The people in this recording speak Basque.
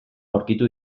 aurkitu